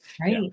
right